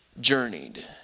journeyed